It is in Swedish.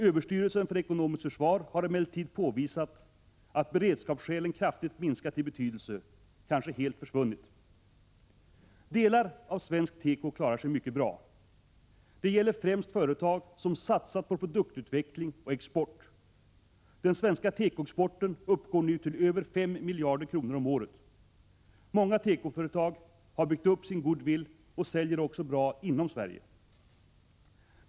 Överstyrelsen för ekonomiskt försvar har emellertid påvisat att beredskapsskälen kraftigt minskat i betydelse, kanske helt försvunnit. Delar av svensk teko klarar sig mycket bra. Det gäller främst företag som satsat på produktutveckling och export. Den svenska tekoexporten uppgår nu till över 5 miljarder kronor om året. Många tekoföretag har byggt upp sin goodwill och säljer också bra inom Sverige.